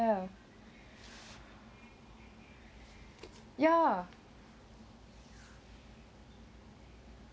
ya ya